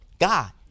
God